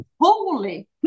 holy